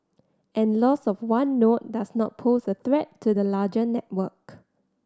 and loss of one node does not pose a threat to the larger network